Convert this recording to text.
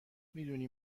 میدونی